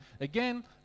again